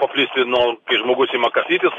paplisti nuo kai žmogus ima kasytis